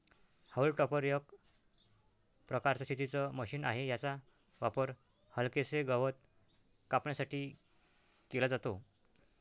haulm topper एक प्रकारचं शेतीच मशीन आहे, याचा वापर हलकेसे गवत कापण्यासाठी केला जातो